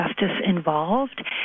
justice-involved